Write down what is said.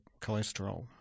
cholesterol